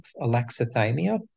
alexithymia